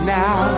now